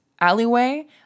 alleyway